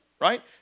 right